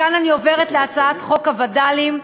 מכאן אני עוברת להצעת חוק הווד"לים,